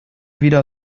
wieder